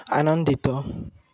ଆନନ୍ଦିତ